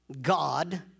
God